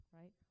right